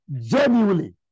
genuinely